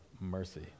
mercy